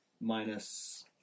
Minus